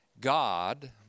God